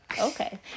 Okay